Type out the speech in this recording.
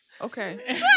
Okay